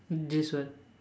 this is what